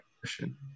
question